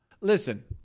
Listen